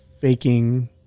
faking